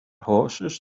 horses